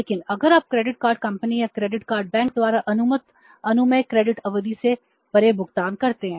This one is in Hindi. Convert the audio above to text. लेकिन अगर आप क्रेडिट कार्ड कंपनी या क्रेडिट कार्ड बैंक द्वारा अनुमत अनुमेय क्रेडिट अवधि से परे भुगतान करते हैं